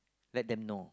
let them know